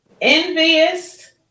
envious